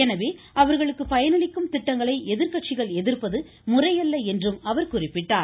எனவே அவர்களுக்கு பயனளிக்கும் திட்டங்களை எதிர்க்கட்சிகள் எதிர்ப்பது முறையல்ல என்றும் அவர் குறிப்பிட்டார்